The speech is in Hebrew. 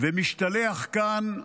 ומשתלח כאן בישראל,